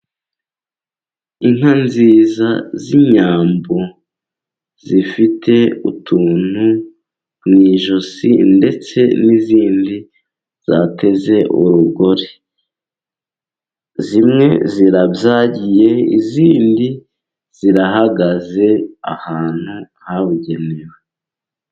Inka nziza z'inyambo, zifite utuntu mu ijosi ndetse n'izindi zateze urugori. Zimwe zirabyagiye, izindi zirahagaze ahantu habugenewe.